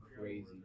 crazy